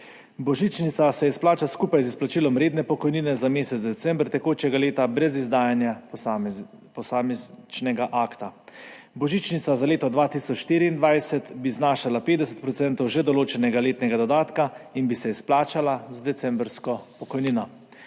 Božičnica se izplača skupaj z izplačilom redne pokojnine za mesec december tekočega leta brez izdajanja posamičnega akta. Božičnica za leto 2024 bi znašala 50 % že določenega letnega dodatka in bi se izplačala z decembrsko pokojnino.